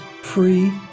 free